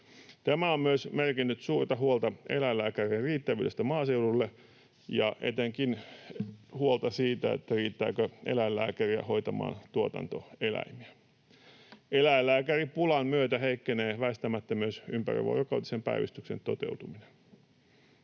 Tämä on myös merkinnyt suurta huolta eläinlääkärien riittävyydestä maaseudulle ja etenkin huolta siitä, riittääkö eläinlääkärejä hoitamaan tuotantoeläimiä. Eläinlääkäripulan myötä heikkenee väistämättä myös ympärivuorokautisen päivystyksen toteutuminen.